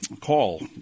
call